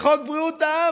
לחוק בריאות העם.